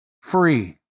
free